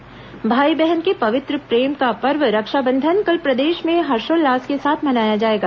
रक्षाबंधन भाई बहन के पवित्र प्रेम का पर्व रक्षाबंधन कल प्रदेश में हर्षोउल्लास के साथ मनाया जाएगा